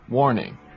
Warning